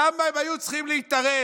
למה הם היו צריכים להתערב?